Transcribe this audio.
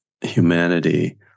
humanity